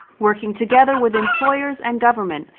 working together with employers and government,